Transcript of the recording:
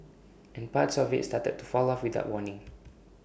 and parts of IT started to fall off without warning